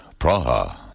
Praha